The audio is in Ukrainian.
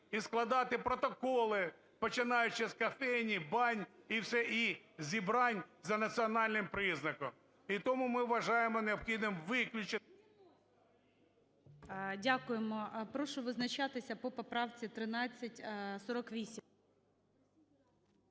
і складати протоколи, починаючи з кофеїн, бань і все... і зібрань за національним признаком. І тому ми вважаємо необхідним виключити. ГОЛОВУЮЧИЙ. Дякуємо. Прошу визначатися по правці 1348.